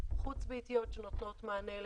האדם האלים וקצת מעטפת למשפחתו.